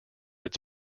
its